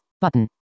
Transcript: Button